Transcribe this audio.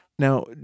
Now